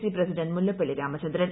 C president Mullappally Ramachandran